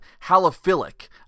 halophilic